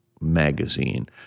magazine